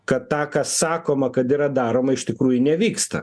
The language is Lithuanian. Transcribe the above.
kad tą kas sakoma kad yra daroma iš tikrųjų nevyksta